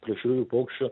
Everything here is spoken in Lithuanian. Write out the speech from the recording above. plėšriųjų paukščių